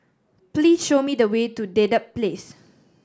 please show me the way to Dedap Place